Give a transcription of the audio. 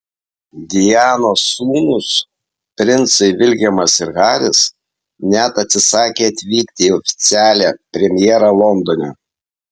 dianos sūnūs princai viljamas ir haris net atsisakė atvykti į oficialią premjerą londone